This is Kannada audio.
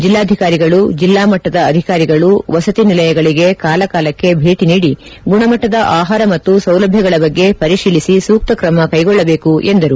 ಜಿಲ್ಲಾಧಿಕಾರಿಗಳು ಜಿಲ್ಲಾಮಟ್ಟದ ಅಧಿಕಾರಿಗಳು ವಸತಿ ನಿಲಯಗಳಿಗೆ ಕಾಲ ಕಾಲಕ್ಕೆ ಭೇಟಿ ನೀಡಿ ಗುಣಮಟ್ಟದ ಆಹಾರ ಮತ್ತು ಸೌಲಭ್ಯಗಳ ಬಗ್ಗೆ ಪರಿಶೀಲಿಸಿ ಸೂಕ್ತ ಕ್ರಮ ಕೈಗೊಳ್ಳಬೇಕು ಎಂದರು